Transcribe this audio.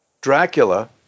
Dracula